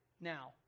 Now